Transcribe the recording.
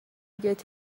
get